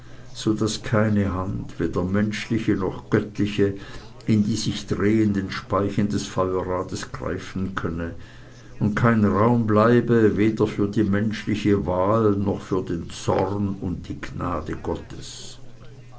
so daß keine hand weder menschliche noch göttliche in die sich drehenden speichen des feuerrades greifen könne und kein raum bleibe weder für die menschliche wahl noch für den zorn und die gnade gottes